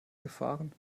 gefahren